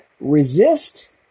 Resist